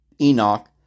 Enoch